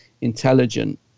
intelligent